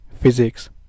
physics